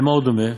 למה הוא דומה,